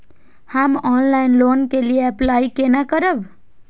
हम online loan के लिए अप्लाई केना करब?